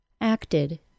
acted